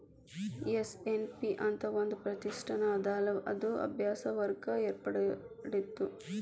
SNP ಅಂತ್ ಒಂದ್ ಪ್ರತಿಷ್ಠಾನ ಅದಲಾ ಅದು ಅಭ್ಯಾಸ ವರ್ಗ ಏರ್ಪಾಡ್ಮಾಡಿತ್ತು